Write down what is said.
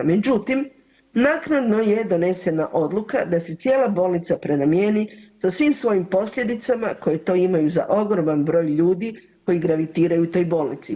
Međutim, naknadno je donesena odluka da se cijela bolnica prenamijeni sa svim svojim posljedicama koje to imaju za ogroman broj ljudi koji gravitiraju u toj bolnici.